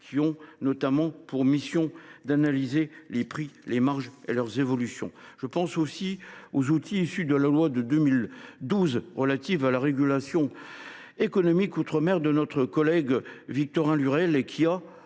qui ont notamment pour mission d’analyser les prix, les marges et leurs évolutions. Je pense aussi aux outils issus de la loi de 2012 relative à la régulation économique outre mer, dont notre collègue Victorin Lurel était